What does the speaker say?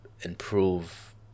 improve